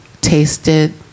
tasted